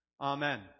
Amen